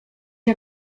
jak